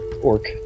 orc